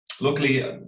luckily